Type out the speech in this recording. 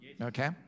Okay